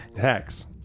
Hex